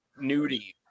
nudie